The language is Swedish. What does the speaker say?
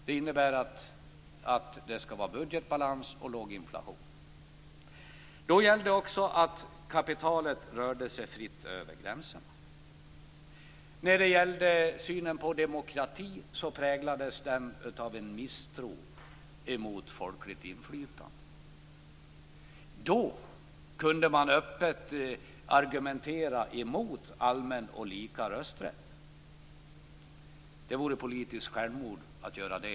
Det innebär att det skall vara budgetbalans och låg inflation. Då gällde också att kapitalet rörde sig fritt över gränserna. Synen på demokrati präglades av en misstro mot folkligt inflytande. Då kunde man öppet argumentera mot allmän och lika rösträtt. Att göra det i dag vore politiskt självmord.